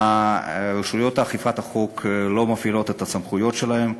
רשויות אכיפת החוק לא מפעילות את הסמכויות שלהן.